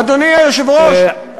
אדוני היושב-ראש,